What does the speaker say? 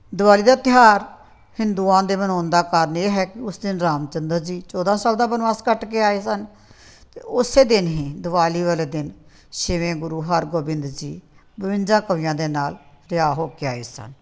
ਦਿਵਾਲੀ ਦਾ ਤਿਉਹਾਰ ਹਿੰਦੂਆਂ ਦੇ ਮਨਾਉਣ ਦਾ ਕਾਰਨ ਇਹ ਹੈ ਕਿ ਉਸ ਦਿਨ ਰਾਮ ਚੰਦਰ ਜੀ ਚੌਦ੍ਹਾਂ ਸਾਲ ਦਾ ਬਨਵਾਸ ਕੱਟ ਕੇ ਆਏ ਸਨ ਅਤੇ ਉਸੇ ਦਿਨ ਹੀ ਦਿਵਾਲੀ ਵਾਲੇ ਦਿਨ ਛੇਵੇਂ ਗੁਰੂ ਹਰਗੋਬਿੰਦ ਜੀ ਬਵੰਜਾ ਕਵੀਆਂ ਦੇ ਨਾਲ ਰਿਹਾਅ ਹੋ ਕੇ ਆਏ ਸਨ